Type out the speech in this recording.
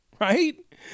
right